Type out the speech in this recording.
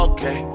Okay